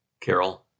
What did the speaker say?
Carol